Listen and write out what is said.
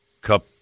cup